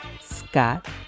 Scott